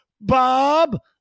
Bob